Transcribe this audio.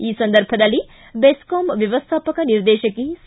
ಈ ಸಂದರ್ಭದಲ್ಲಿ ಬೆಸ್ತಾಂ ವ್ಯಮ್ನಾಪಕ ನಿರ್ದೇಶಕಿ ಸಿ